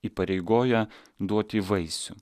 įpareigoja duoti vaisių